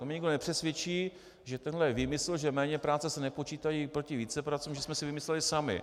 To mě nikdo nepřesvědčí, že tenhle výmysl, že méněpráce se nepočítají proti vícepracím, že jsme si vymysleli sami.